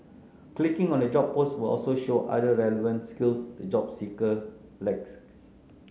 clicking on a job post will also show other relevant skills the job seeker lacks